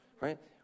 Right